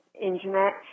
internet